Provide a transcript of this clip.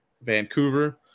Vancouver